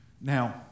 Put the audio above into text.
Now